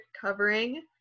covering